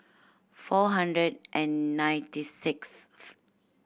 four hundred and ninety sixth